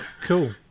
Cool